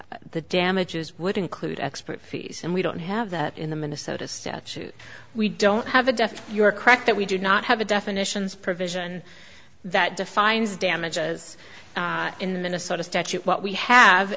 that the damages would include expert fees and we don't have that in the minnesota statute we don't have a definite you're correct that we do not have a definitions provision that defines damages in minnesota statute what we have